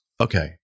okay